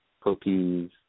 cookies